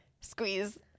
squeeze